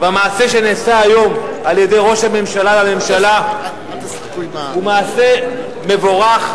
והמעשה שנעשה היום על-ידי ראש הממשלה והממשלה הוא מעשה מבורך,